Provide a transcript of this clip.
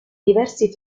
diversi